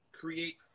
create